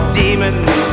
demons